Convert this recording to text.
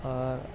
اور